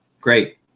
Great